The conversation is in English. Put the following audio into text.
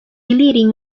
leading